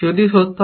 যদি সত্য হয়